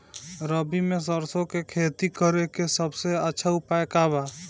रबी में सरसो के खेती करे के सबसे अच्छा उपाय का बा?